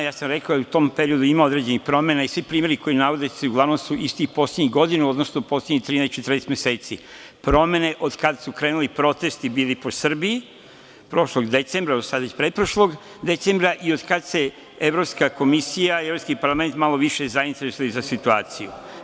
Ja sam rekao da u tom periodu ima određenih promena i svi primeri koji navodite su uglavnom isti poslednjih 13,14 meseci, promene od kada su krenuli protesti bili po Srbiji, prošlog decembra, sada već pretprošlog decembra i od kada su se Evropska komisija i Evropski parlament malo više zainteresovali za situaciju.